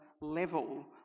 level